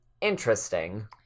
interesting